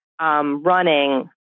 Running